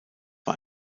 war